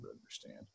understand